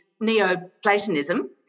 Neo-Platonism